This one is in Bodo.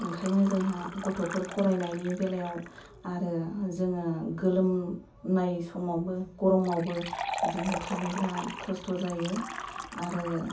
ओंखायनो जोहा गथ'फोर फोरायनायनि बेलायाव आरो जोङो गोलोमनाय समावबो गरमबो जोंहा थानो बेराद खस्थ जायो आरो